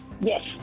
Yes